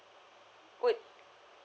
would